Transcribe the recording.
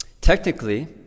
Technically